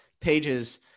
pages –